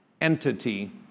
entity